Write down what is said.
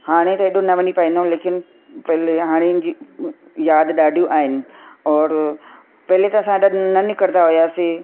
हाणे त अहिड़ो न वञई पाईंदमि लेकिन पहिले हाणे जीअं यादि ॾाढियूं आहिनि और पहिले खां असां न निकिरींदा हुआसीं